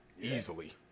Easily